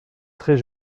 très